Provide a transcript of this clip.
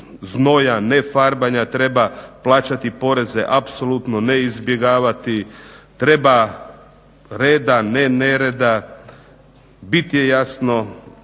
ne farbanja, treba plaćati poreze apsolutno ne izbjegavati, treba reda, ne nereda. Bit je jasno